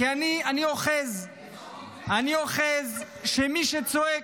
כי אני אוחז שמי שצועק,